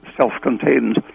self-contained